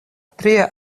tria